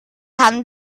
haben